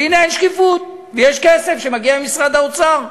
והנה, אין שקיפות ויש כסף שמגיע ממשרד האוצר.